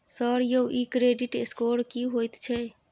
Sir यौ इ credit score की होयत छै?